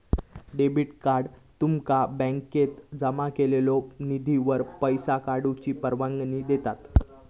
debit card तुमका बँकेत जमा केलेल्यो निधीवर पैसो काढूची परवानगी देता